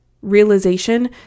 realization